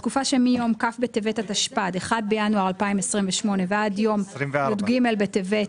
בתקופה שמיום כ' בטבת התשפ"ד (1 בינואר 2028) ועד יום י"ג בטבת.